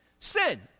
Sin